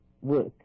work